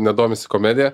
nedomisi komedija